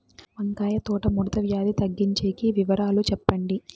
వంకాయ తోట ముడత వ్యాధి తగ్గించేకి వివరాలు చెప్పండి?